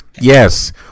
yes